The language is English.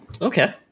Okay